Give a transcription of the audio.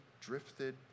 drifted